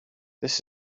this